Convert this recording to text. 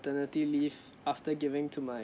maternity leave after giving to my